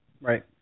Right